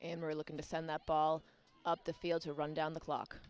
and we're looking to send the ball up the field to run down the clock